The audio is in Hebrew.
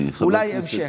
אולי המשך.